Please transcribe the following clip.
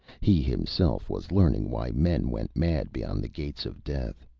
he himself was learning why men went mad beyond the gates of death.